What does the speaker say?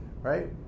right